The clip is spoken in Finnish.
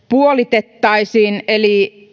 puolitettaisiin eli